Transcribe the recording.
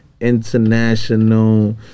international